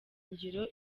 ngiro